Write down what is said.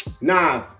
nah